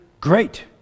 Great